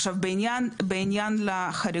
עכשיו בעניין החריגות,